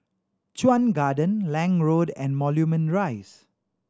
Chuan Garden Lange Road and Moulmein Rise